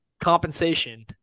compensation